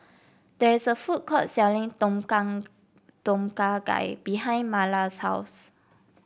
there is a food court selling Tom Tom Kha Gai behind Marla's house